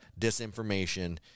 disinformation